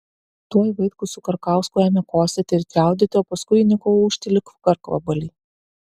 tuoj vaitkus su karkausku ėmė kosėti ir čiaudėti o paskui įniko ūžti lyg karkvabaliai